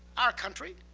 our country,